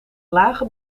lage